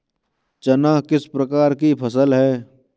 चना किस प्रकार की फसल है?